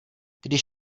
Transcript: když